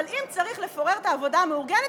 אבל אם צריך לפורר את העבודה המאורגנת,